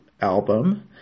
album